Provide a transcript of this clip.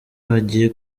bagiye